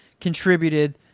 contributed